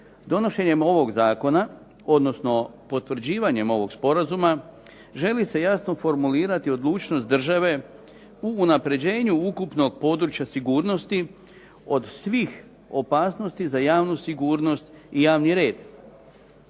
Donošenjem ovog zakona, odnosno potvrđivanjem ovog sporazuma želi se jasno formulirati odlučnost države u unapređenju ukupnog područja sigurnosti od svih opasnosti za javnu sigurnost i javni red,